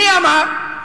מי אמר?